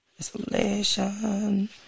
Isolation